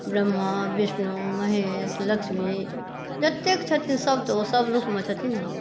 ब्रह्मा विष्णु महेश लक्ष्मी जतेक छथिन सब तऽ ओ सब रूपमे छथिन